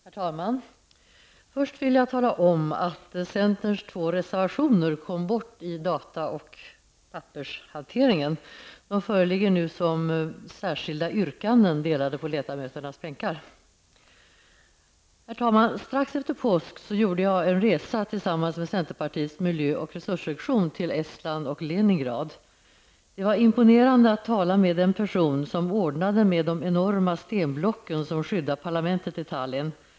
Herr talman! Först vill jag tala om att centerns två reservationer kom bort i data och pappershanteringen. De föreligger nu som särskilda yrkanden delade på ledamöternas bänkar. Herr talman! Strax efter påsk gjorde jag en resa tillsammans med centerpartiets miljö och resurssektion till Estland och Leningrad. Det var imponerande att tala med den person som ordnat med de enorma stenblocken som skyddar parlamentet i Tallin.